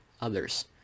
others